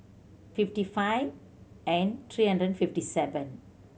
fifty five and three hundred fifty seven